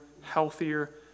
healthier